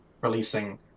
releasing